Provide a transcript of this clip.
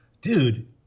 dude